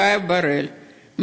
חיה בראל,